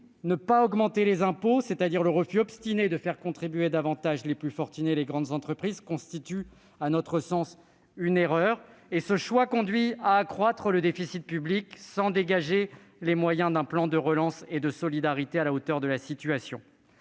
ne pas augmenter les impôts », c'est-à-dire votre refus obstiné de faire contribuer davantage les plus fortunés et les grandes entreprises, constitue une erreur, à notre sens, et ce choix conduit à accroître le déficit public sans dégager les moyens d'un plan de relance et de solidarité à la hauteur de la situation.